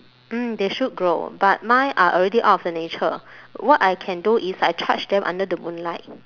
mm they should grow but mine are already out of the nature what I can do is I charge them under the moonlight